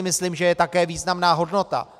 Myslím si, že to je také významná hodnota.